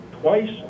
twice